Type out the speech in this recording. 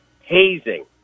hazing